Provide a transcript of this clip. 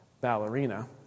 ballerina